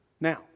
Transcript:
Now